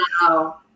wow